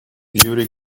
юрий